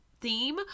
theme